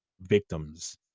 victims